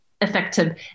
effective